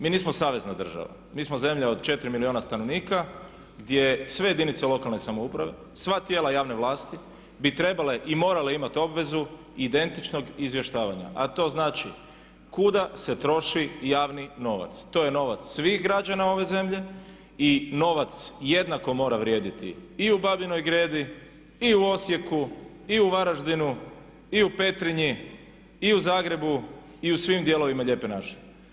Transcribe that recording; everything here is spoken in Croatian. Mi nismo savezna država, mi smo zemlja od 4 milijuna stanovnika gdje sve jedinice lokalne samouprave, sva tijela javne vlasti bi trebale i morale imati obvezu identičnog izvještavanja a to znači kuda se troši javni novac, to je novac svih građana ove zemlje i novac jednako mora vrijediti i u Babinoj Gredi i u Osijeku i u Varaždinu i u Petrinji i u Zagrebu i u svim dijelovima lijepe naše.